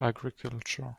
agriculture